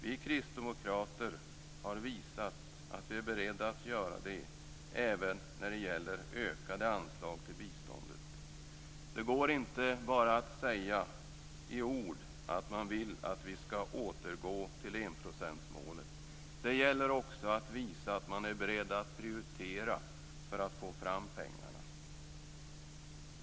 Vi kristdemokrater har visat att vi är beredda att göra det även när det gäller ökade anslag till biståndet. Det går inte att bara säga i ord att man vill att vi skall återgå till enprocentsmålet. Det gäller också att visa att man är beredd att prioritera för att få fram pengarna.